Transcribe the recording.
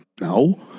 No